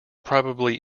probably